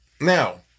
Now